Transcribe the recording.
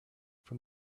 from